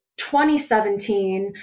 2017